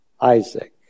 Isaac